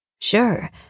Sure